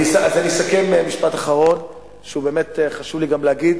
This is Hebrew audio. אז אני אסכם במשפט אחרון, שבאמת חשוב לי להגיד